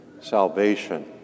salvation